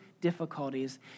difficulties